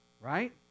Right